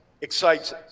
excites